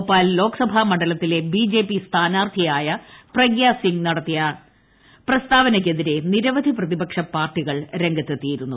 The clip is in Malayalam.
ഭോപ്പാൽ ലോക്സഭാ മണ്ഡലത്തിലെ ബി ജെ പി സ്ഥാനാർത്ഥിയായ പ്രഗ്യാസിംഗ് നടത്തിയ പ്രസ്താവനക്കെതിരെ നിരവധി പ്രതിപക്ഷ പാർട്ടികൾ രംഗത്തെത്തിയിരുന്നു